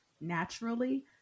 naturally